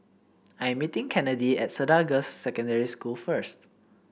I'm meeting Kennedi at Cedar Girls' Secondary School first